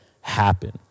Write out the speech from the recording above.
happen